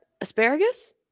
asparagus